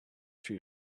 few